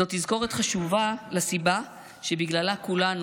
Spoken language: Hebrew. זאת תזכורת חשובה לסיבה שבגללה כולנו,